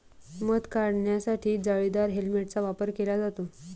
मध काढण्यासाठी जाळीदार हेल्मेटचा वापर केला जातो